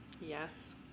Yes